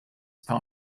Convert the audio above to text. part